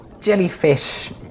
jellyfish